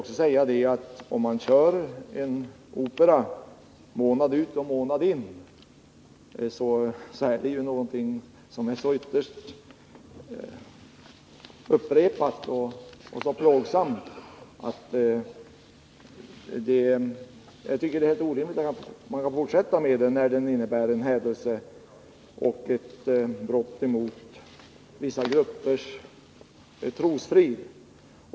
Om man kör den opera som jag talade om månad ut och månad in är det emellertid någonting som ständigt upprepas och därför blir ytterst plågsamt. Det är orimligt att man kan få fortsätta med det, när operan innebär en hädelse och ett brott mot vissa gruppers trosfrid.